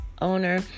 owner